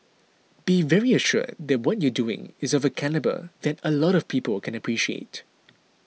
be very assured that what you're doing is of a calibre that a lot of people can appreciate